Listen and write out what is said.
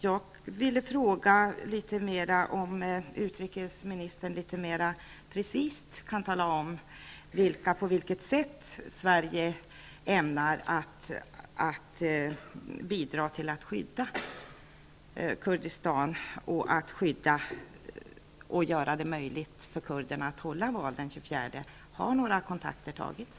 Jag vill fråga om utrikesministern litet mera precist kan tala om på vilket sätt Sverige ämnar bidra till att skydda Kurdistan och göra det möjligt för kurderna att hålla val den 24 april. Har några kontakter tagits?